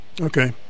okay